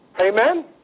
Amen